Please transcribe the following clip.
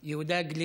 יהודה גליק.